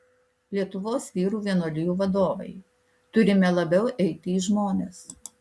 lietuvos vyrų vienuolijų vadovai turime labiau eiti į žmones